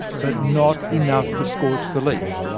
but not enough to scorch the leaf.